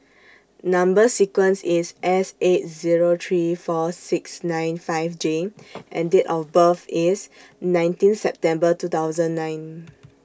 Number sequence IS S eight Zero three four six nine five J and Date of birth IS nineteen September two thousand nine